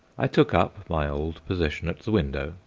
i took up my old position at the window,